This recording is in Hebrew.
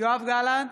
יואב גלנט,